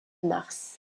mars